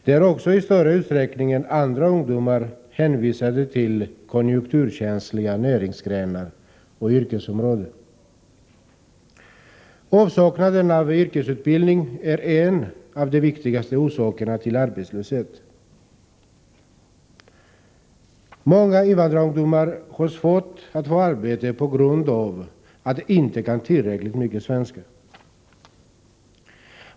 De är också i större utsträckning än andra ungdomar hänvisade till konjunkturkänsliga näringsgrenar och yrkesområden. Avsaknaden av yrkesutbildning är en av de viktigaste orsakerna till arbetslöshet. Många invandrarungdomar har svårt att få arbete på grund av att de inte kan tillräckligt mycket svenska.